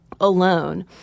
alone